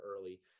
early